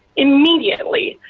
immediately!